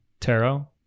tarot